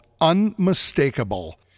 Unmistakable